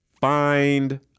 find